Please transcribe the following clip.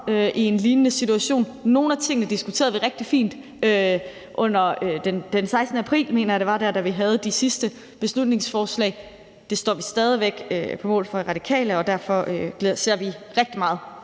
i en lignende situation. Nogle af tingene fik vi diskuteret rigtig fint den 16. april, mener jeg det var, da vi behandlede de sidste beslutningsforslag. Det står vi stadig væk på mål for i Radikale, og derfor ser vi rigtig meget